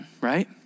right